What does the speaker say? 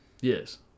Yes